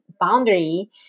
boundary